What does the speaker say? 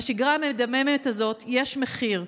לשגרה המדממת הזאת יש מחיר,